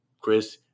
Chris